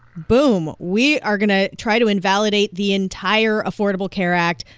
boom, we are going to try to invalidate the entire affordable care act.